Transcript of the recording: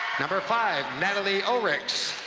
number five, natalie ulrichs.